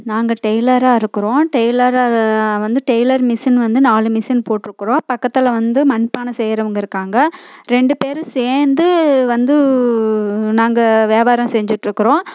நாங்கள் டெய்லராக இருக்கிறோம் டெய்லராக வந்து டெய்லர் மிஷின் வந்து நாலு மிஷின் போட்டு இருக்கிறோம் பக்கத்தில் வந்து மண் பானை செய்றவங்க இருக்காங்க ரெண்டு பேரும் சேர்ந்து வந்து நாங்கள் வியாபாரம் செஞ்சிட்டுருக்குறோம்